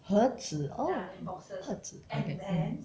盒子 oh 盒子 okay